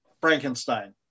frankenstein